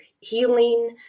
healing